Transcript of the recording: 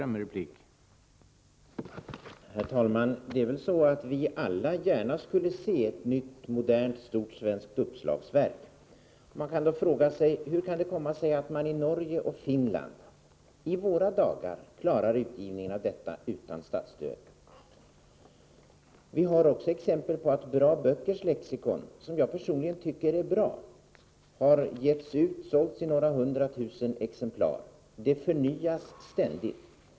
Herr talman! Vi skulle väl alla gärna vilja se ett nytt, modernt, stort svenskt uppslagsverk. Man kan då fråga sig: Hur kan det komma sig att man i Norge och Finland i våra dagar klarar utgivningen av ett sådant verk utan statsstöd? Vi har också exempel på att Bra Böckers Lexikon, som jag personligen tycker är bra, har sålts i några hundratusen exemplar — och verket förnyas ständigt.